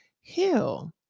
Heal